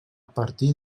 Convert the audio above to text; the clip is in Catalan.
partir